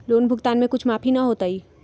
Loan भुगतान में कुछ माफी न होतई?